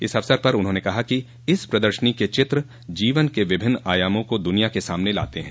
इस अवसर पर उन्होंने कहा कि इस प्रदर्शनी के चित्र जीवन के विभिन्न आयामों को दुनिया के सामने लाते हैं